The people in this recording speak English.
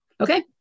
Okay